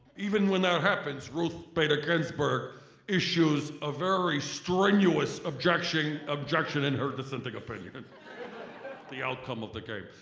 even when that happens, ruth bader ginsburg issues a very strenuous objection objection in her dissenting opinion and the outcome of the game.